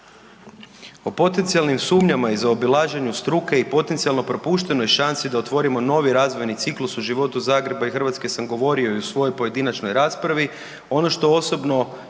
O potencijalnim sumnjama i zaobilaženju struke i potencijalno propuštenoj šansi da otvorimo novi razvojni ciklus u životu Zagreba i Hrvatske sam govorio i u svojoj pojedinačnoj raspravi.